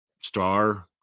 star